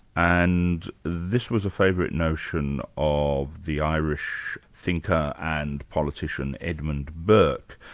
and this was a favourite notion of the irish thinker and politician, edmund burke,